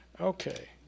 Okay